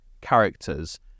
characters